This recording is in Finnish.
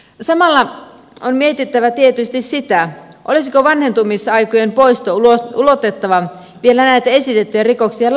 samalla on mietittävä tietysti sitä olisiko vanhentumisaikojen poisto ulotettava vielä näitä esitettyjä rikoksia laajemmaksi